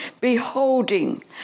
beholding